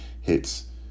hits